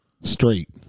straight